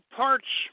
parts